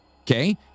Okay